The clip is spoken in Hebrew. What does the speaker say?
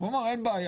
הוא אמר אין בעיה,